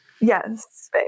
yes